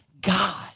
God